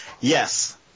Yes